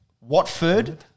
Watford